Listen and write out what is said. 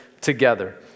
together